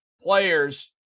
players